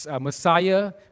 Messiah